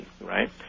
right